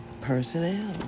personnel